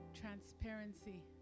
transparency